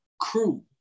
crew